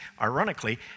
ironically